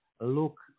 look